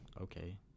Okay